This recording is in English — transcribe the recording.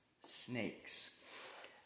snakes